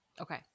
okay